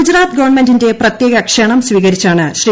ഗുജറാത്ത് ഗവൺമെന്റിന്റെ പ്രത്യേക ക്ഷണം സ്വീകരിച്ചാണ് ശ്രീ